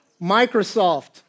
Microsoft